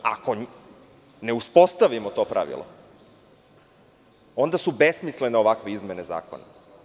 Ako ne uspostavimo to pravilo, onda su besmislene ovakve izmene zakona.